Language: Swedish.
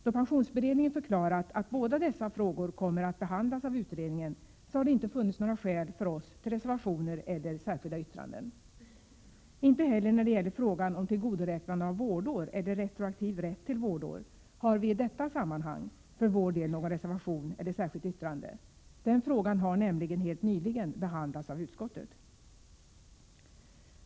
Då pensionsberedningen förklarat att båda dessa frågor kommer att behandlas av utredningen har det inte funnits några skäl för oss till reservationer eller särskilda yttranden. Inte heller när det gäller frågan om tillgodoräknande av vårdår eller retroaktiv rätt till vårdår, har vi i detta sammanhang för vår del någon reservation eller särskilt yttrande. Den frågan har nämligen helt nyligen behandlats av utskottet.